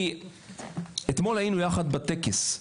כי אתמול היינו יחד בטקס.